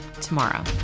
tomorrow